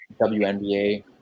WNBA